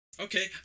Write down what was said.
Okay